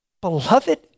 Beloved